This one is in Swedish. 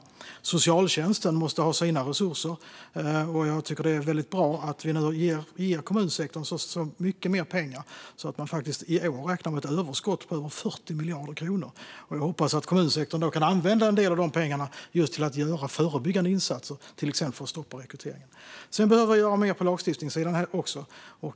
Även socialtjänsten måste ha sina resurser, och jag tycker att det är väldigt bra att vi ger kommunsektorn så mycket mer pengar att man i år faktiskt räknar med ett överskott på över 40 miljarder kronor. Jag hoppas att kommunsektorn kan använda en del av dessa pengar till att göra förebyggande insatser, till exempel för att stoppa rekryteringen. Vi behöver också göra mer på lagstiftningssidan.